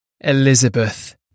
Elizabeth